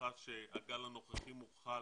בהנחה שהגל הנוכחי מוכל